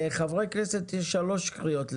לחברי כנסת יש שלוש קריאות לסדר.